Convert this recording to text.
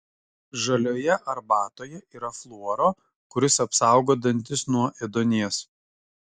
žalioje arbatoje yra fluoro kuris apsaugo dantis nuo ėduonies